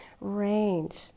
range